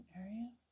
area